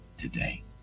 today